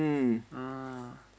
oh